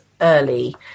early